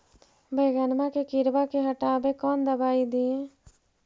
बैगनमा के किड़बा के हटाबे कौन दवाई दीए?